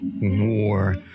War